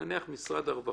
נניח משרד הרווחה,